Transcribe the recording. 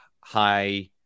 high